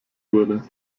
wurde